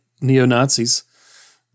neo-Nazis